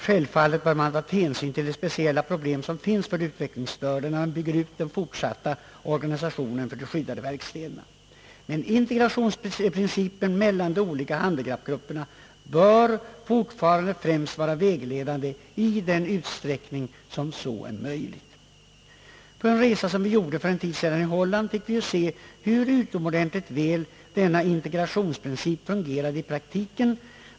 Självfallet bör man ta hänsyn till de speciella problem som finns för de utvecklingsstörda, när man bygger ut organisationen för de skyddade verkstäderna. Men principen om integration mellan olika handikappgrupper bör främst vara vägledande i den utsträckning som är möjlig. På en resa till Holland för en tid sedan fick vi se hur utomordentligt väl denna integrationsprincip fungerar i praktiken.